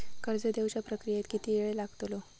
कर्ज देवच्या प्रक्रियेत किती येळ लागतलो?